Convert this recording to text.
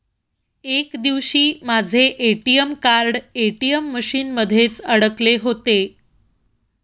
एक दिवशी माझे ए.टी.एम कार्ड ए.टी.एम मशीन मध्येच अडकले होते